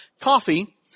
Coffee